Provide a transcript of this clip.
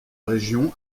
région